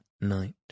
night